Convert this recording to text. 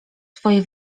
twoje